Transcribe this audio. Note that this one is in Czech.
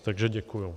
Takže děkuji.